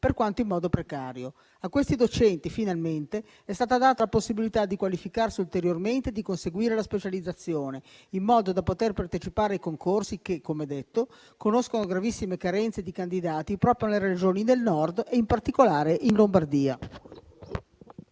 per quanto in modo precario. A questi docenti, finalmente, è stata data la possibilità di qualificarsi ulteriormente e di conseguire la specializzazione, in modo da poter partecipare ai concorsi che, come detto, conoscono gravissime carenze di candidati proprio nelle Regioni del Nord e in particolare in Lombardia.